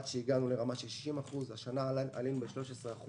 עד שהגענו לרמה של 60%. השנה עלינו ב-13%,